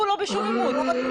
הוא לא בשום עימות.